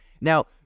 Now